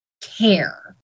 care